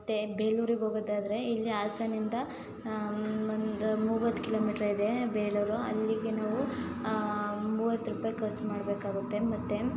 ಮತ್ತು ಬೇಲೂರಿಗೆ ಹೋಗೋದಾದ್ರೆ ಇಲ್ಲಿ ಹಾಸನದಿಂದ ಒಂದು ಮೂವತ್ತು ಕಿಲೋಮೀಟ್ರ್ ಇದೆ ಬೇಲೂರು ಅಲ್ಲಿಗೆ ನಾವು ಮೂವತ್ತು ರೂಪಾಯಿ ಖರ್ಚು ಮಾಡಬೇಕಾಗುತ್ತೆ ಮತ್ತು